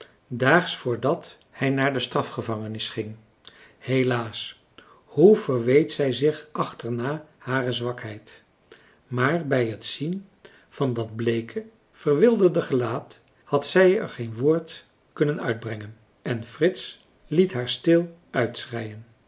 daags voordat hij naar de strafgevangenis ging helaas hoe verweet zij zich achterna hare zwakheid maar bij het zien van dat bleeke verwilderde gelaat had zij er geen woord kunnen uitbrengen en frits liet haar stil